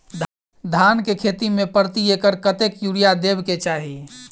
धान केँ खेती मे प्रति एकड़ कतेक यूरिया देब केँ चाहि?